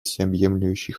всеобъемлющий